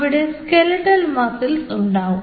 അവിടെ skeletal muscles ഉണ്ടാവും